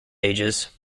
ages